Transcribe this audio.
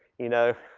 you know,